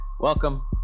Welcome